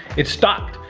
it stopped.